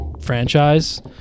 franchise